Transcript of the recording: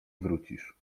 wrócisz